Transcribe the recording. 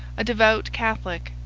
a devout catholic,